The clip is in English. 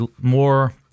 more